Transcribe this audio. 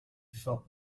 felt